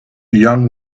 young